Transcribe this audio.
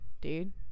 dude